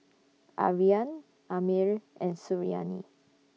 Aryan Ammir and Suriani